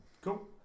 Cool